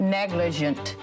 negligent